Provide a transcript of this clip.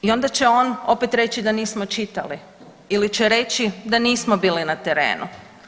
I onda će on opet reći da nismo čitali, ili će reći da nismo bili na terenu.